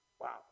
Wow